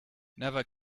never